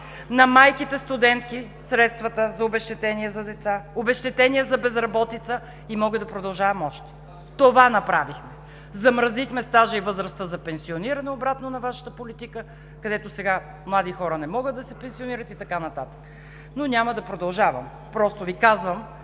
на майките – студентки; обезщетения за безработица; и мога да продължавам още. Това направихме! Замразихме стажа и възрастта за пенсиониране – обратно на Вашата политика, където сега млади хора не могат да се пенсионират и така нататък, но няма да продължавам. Просто Ви казвам,